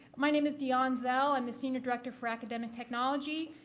my name is deone zell. i'm the senior director for academic technology.